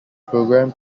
programme